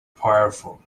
powerful